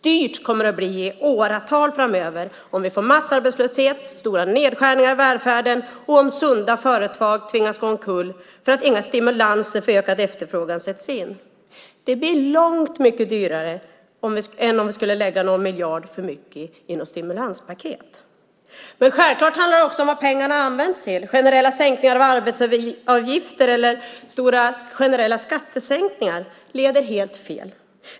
Dyrt kommer det att bli i åratal framöver om vi får massarbetslöshet och stora nedskärningar i välfärden och om sunda företag tvingas gå omkull för att inga stimulanser för ökad efterfrågan sätts in. Det blir långt mycket dyrare än om vi skulle lägga någon miljard för mycket i något stimulanspaket. Självklart handlar det också om vad pengarna används till. Generella sänkningar av arbetsgivaravgifter eller stora generella skattesänkningar leder helt fel.